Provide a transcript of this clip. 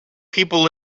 people